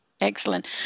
Excellent